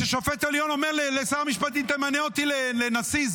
כששופט עליון אומר לשר המשפטים: תמנה אותי לנשיא,